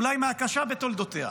אולי מהקשה בתולדותיה.